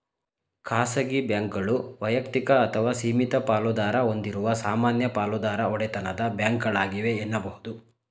ಖಾಸಗಿ ಬ್ಯಾಂಕ್ಗಳು ವೈಯಕ್ತಿಕ ಅಥವಾ ಸೀಮಿತ ಪಾಲುದಾರ ಹೊಂದಿರುವ ಸಾಮಾನ್ಯ ಪಾಲುದಾರ ಒಡೆತನದ ಬ್ಯಾಂಕ್ಗಳಾಗಿವೆ ಎನ್ನುಬಹುದು